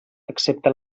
excepte